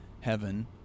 heaven